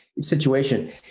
situation